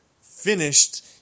finished